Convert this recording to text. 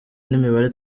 n’imibare